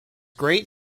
great